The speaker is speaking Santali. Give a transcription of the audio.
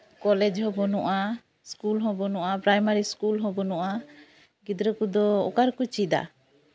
ᱠᱚᱞᱮᱡᱽ ᱦᱚᱸ ᱵᱟᱹᱱᱩᱜᱼᱟ ᱤᱥᱠᱩᱞ ᱦᱚᱸ ᱵᱟᱹᱱᱩᱜᱼᱟ ᱯᱨᱟᱭᱢᱟᱨᱤ ᱤᱥᱠᱩᱞ ᱦᱚᱸ ᱵᱟᱹᱱᱩᱜᱼᱟ ᱜᱤᱫᱽᱨᱟᱹ ᱠᱚᱫᱚ ᱚᱠᱟ ᱨᱮᱠᱚ ᱪᱮᱫᱟ